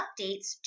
updates